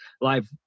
live